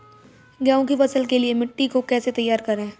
गेहूँ की फसल के लिए मिट्टी को कैसे तैयार करें?